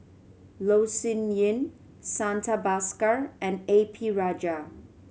Loh Sin Yun Santha Bhaskar and A P Rajah